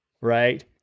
Right